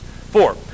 Four